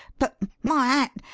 but my hat!